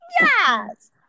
yes